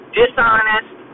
dishonest